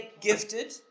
gifted